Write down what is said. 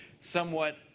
somewhat